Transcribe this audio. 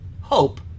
hope